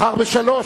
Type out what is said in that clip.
מחר ב-15:00,